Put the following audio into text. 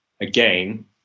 Again